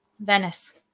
Venice